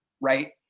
right